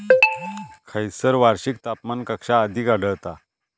खैयसर वार्षिक तापमान कक्षा अधिक आढळता?